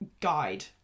guide